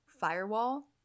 Firewall